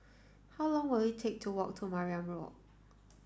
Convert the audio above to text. how long will it take to walk to Mariam Walk